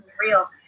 real